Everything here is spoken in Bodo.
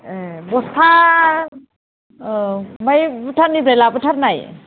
ए बस्था औ ओमफ्राय भुटाननिफ्राय लाबोथारनाय